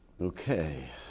Okay